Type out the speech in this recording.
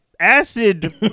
acid